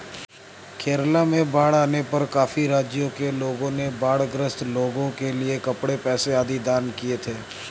केरला में बाढ़ आने पर काफी राज्यों के लोगों ने बाढ़ ग्रस्त लोगों के लिए कपड़े, पैसे आदि दान किए थे